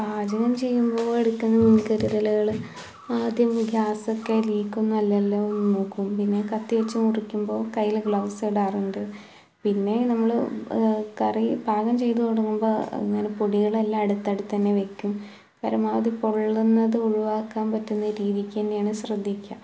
പാചകം ചെയ്യുമ്പോൾ എടുക്കുന്ന മുൻകരുതലുകൾ ആദ്യം ഗ്യാസ്സൊക്കെ ലീക്കൊന്നും അല്ലല്ലോയെന്നു നോക്കും പിന്നെ കത്തി വെച്ചു മുറിക്കുമ്പോൾ കയ്യിൽ ഗ്ലൗസിടാറുണ്ട് പിന്നേ നമ്മൾ കറി പാകം ചെയ്ത് തുടങ്ങുമ്പം ഇങ്ങനെ പൊടികളെല്ലാം അടുത്തടുത്തു തന്നെ വെക്കും പരമാവധി പൊള്ളുന്നത് ഒഴിവാക്കാൻ പറ്റുന്ന രീതിക്കു തന്നെയാണ് ശ്രദ്ധിക്കുക